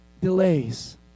delays